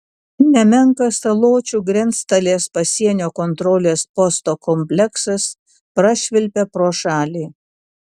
nemenkas saločių grenctalės pasienio kontrolės posto kompleksas prašvilpia pro šalį